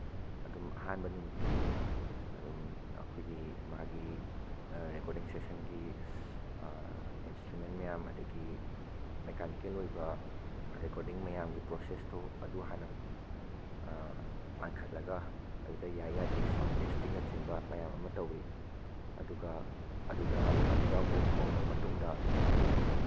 ꯑꯗꯨꯝ ꯑꯍꯥꯟꯕ ꯅꯨꯃꯤꯠꯀꯤꯗꯤ ꯑꯗꯨꯝ ꯑꯩꯈꯣꯏꯒꯤ ꯃꯥꯒꯤ ꯔꯦꯀꯣꯔꯗꯤꯡ ꯁꯦꯁꯟꯒꯤ ꯏꯟꯁꯇ꯭ꯔꯨꯃꯦꯟ ꯃꯌꯥꯝ ꯑꯗꯒꯤ ꯃꯦꯀꯥꯅꯤꯀꯦꯜ ꯑꯣꯏꯕ ꯔꯦꯀꯣꯔꯗꯤꯡ ꯃꯌꯥꯝꯒꯤ ꯄ꯭ꯔꯣꯁꯦꯁꯇꯨ ꯑꯗꯨ ꯍꯥꯟꯅ ꯄꯥꯟꯈꯠꯂꯒ ꯑꯗꯨꯗ ꯌꯥꯏ ꯌꯥꯗꯦ ꯁꯥꯎꯟ ꯇꯦꯁꯇꯤꯡꯅꯆꯤꯡꯕ ꯃꯌꯥꯝ ꯑꯃ ꯇꯧꯋꯤ ꯑꯗꯨꯒ ꯑꯗꯨꯗ ꯑꯗꯨꯗ ꯑꯃꯨꯛ ꯈꯣꯡꯉꯕ ꯃꯇꯨꯡꯗ